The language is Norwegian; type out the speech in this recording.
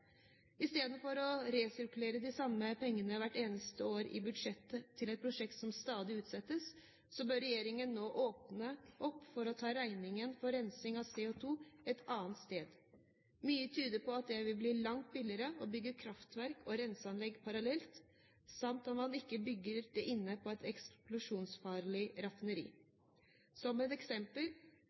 Istedenfor å resirkulere de samme pengene hvert eneste år i budsjettet til et prosjekt som stadig utsettes, bør regjeringen nå åpne opp for å ta regningen for rensing av CO2 et annet sted. Mye tyder på at det vil bli langt billigere å bygge kraftverket og renseanlegget parallelt, samt at man ikke bygger det inne på et eksplosjonsfarlig raffineri. Som et eksempel